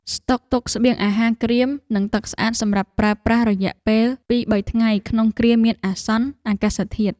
ស្តុកទុកស្បៀងអាហារក្រៀមនិងទឹកស្អាតសម្រាប់ប្រើប្រាស់រយៈពេលពីរបីថ្ងៃក្នុងគ្រាមានអាសន្នអាកាសធាតុ។